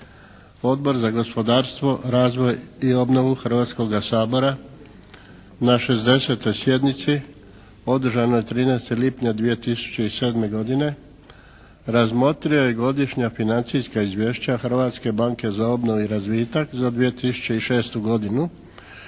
Odbor za gospodarstvo, razvoj i obnovu Hrvatskoga sabora na 60. sjednici održanoj 13. lipnja 2007. godine razmotrio je godišnja financijska izvješća Hrvatske banke za obnovu i razvitak za 2006. godinu